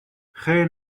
خیر